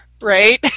right